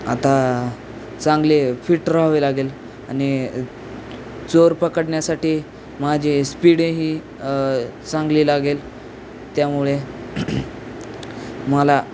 आता चांगले फिट राहावे लागेल आणि चोर पकडण्यासाठी माझी स्पीडही चांगली लागेल त्यामुळे मला